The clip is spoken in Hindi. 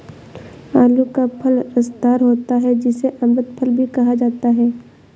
आलू का फल रसदार होता है जिसे अमृत फल भी कहा जाता है